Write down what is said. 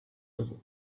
euros